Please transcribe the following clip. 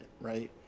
right